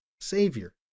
Savior